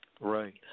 Right